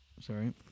Sorry